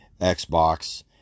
Xbox